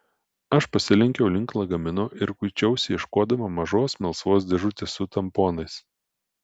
aš pasilenkiau link lagamino ir kuičiausi ieškodama mažos melsvos dėžutės su tamponais